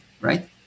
right